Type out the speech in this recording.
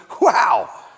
wow